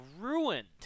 ruined